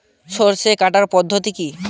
সরষে কাটার পদ্ধতি কি?